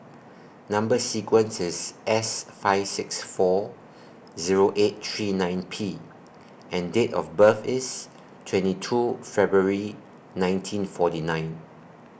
Number sequence IS S five six four Zero eight three nine P and Date of birth IS twenty two February nineteen forty nine